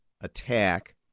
attack